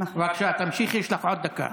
בבקשה תמשיכי, יש לך עוד דקה.